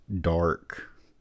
dark